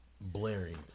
blaring